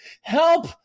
help